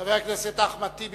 חבר הכנסת אחמד טיבי,